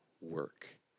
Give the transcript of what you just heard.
work